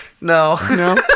no